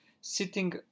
sitting